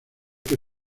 que